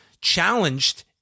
challenged